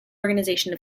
organization